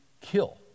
kill